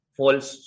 false